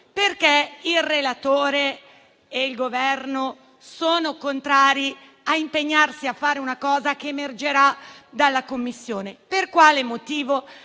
perché il relatore e il Governo sono contrari a impegnarsi a fare una cosa che emergerà dalla Commissione. Per quale motivo?